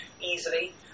easily